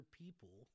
people